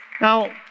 Now